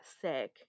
sick